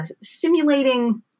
simulating